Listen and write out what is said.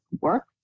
work